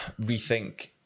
rethink